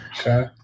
Okay